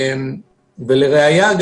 ולראיה,